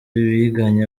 biganye